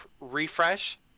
refresh